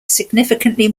significantly